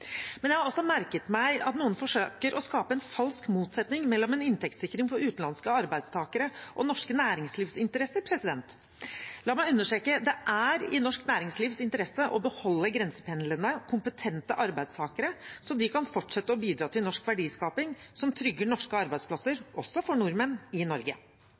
Men jeg har også merket meg at noen forsøker å skape en falsk motsetning mellom en inntektssikring for utenlandske arbeidstakere og norske næringslivsinteresser. La meg understreke at det er i norsk næringslivs interesse å beholde grensependlende, kompetente arbeidstakere så de kan fortsette å bidra til norsk verdiskaping som trygger norske arbeidsplasser, også for nordmenn, i Norge.